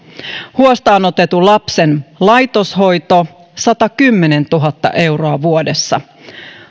huostaan otetun lapsen laitoshoito satakymmentätuhatta euroa vuodessa ja